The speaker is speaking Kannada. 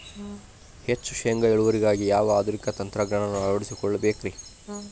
ಹೆಚ್ಚು ಶೇಂಗಾ ಇಳುವರಿಗಾಗಿ ಯಾವ ಆಧುನಿಕ ತಂತ್ರಜ್ಞಾನವನ್ನ ಅಳವಡಿಸಿಕೊಳ್ಳಬೇಕರೇ?